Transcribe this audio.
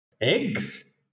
Eggs